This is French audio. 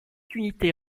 d’unité